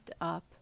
up